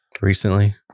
Recently